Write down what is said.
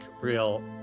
real